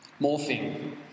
morphing